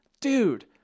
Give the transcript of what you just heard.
dude